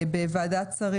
בוועדת שרים,